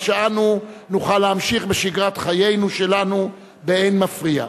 שאנו נוכל להמשיך בשגרת חיינו שלנו באין מפריע.